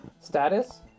status